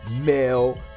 male